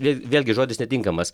vėl vėlgi žodis netinkamas